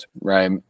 right